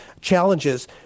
challenges